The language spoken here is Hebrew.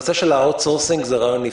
הנושא של האאוטסורסינג זה רעיון נפלא.